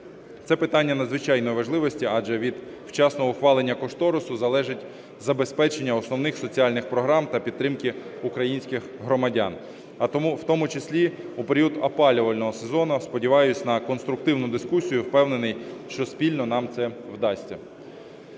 Це питання надзвичайної важливості, адже від вчасного ухвалення кошторису залежить забезпечення основних соціальних програм та підтримки українських громадян, в тому числі у період опалювального сезону. Сподіваюсь на конструктивну дискусію і впевнений, що спільно нам це вдасться.